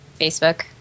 facebook